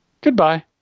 goodbye